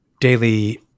daily